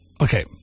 Okay